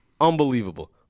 Unbelievable